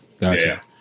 Gotcha